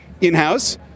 in-house